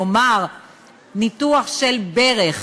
נאמר ניתוח של ברך,